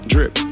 Drip